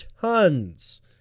tons